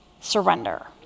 surrender